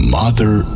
mother